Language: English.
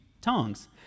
tongues